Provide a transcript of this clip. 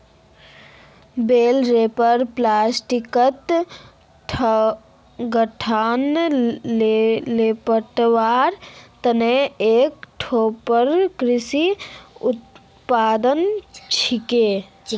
बेल wrapper प्लास्टिकत गांठक लेपटवार तने एक टाइपेर कृषि उपकरण छिके